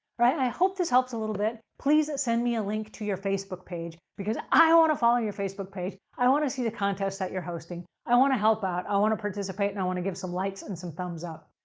right? and i hope this helps a little bit. please send me a link to your facebook page because i i want to follow your facebook page. i want to see the contests that you're hosting. i want to help out. i want to participate, and i want to give some likes and some thumbs up.